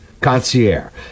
concierge